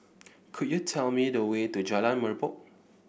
could you tell me the way to Jalan Merbok